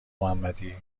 محمدی